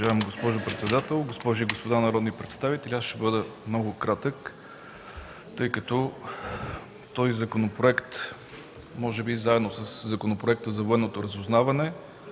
Уважаема госпожо председател, госпожи и господа народни представители! Аз ще бъда много кратък, тъй като този законопроект, може би заедно със Законопроекта за военното разузнаване,